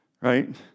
right